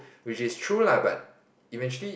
which is true lah but eventually